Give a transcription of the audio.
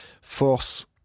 force